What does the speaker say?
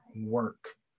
work